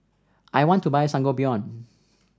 I want to buy Sangobion